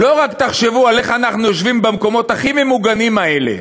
לא רק תחשבו על איך אנחנו יושבים במקומות הכי ממוגנים האלה,